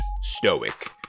stoic